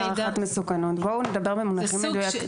בואו נדבר במונחים מדויקים.